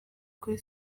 kuri